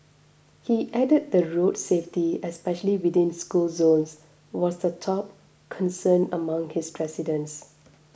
he added that road safety especially within school zones was the top concern among his residents